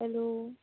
hello